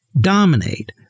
dominate